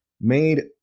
made